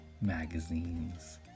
magazines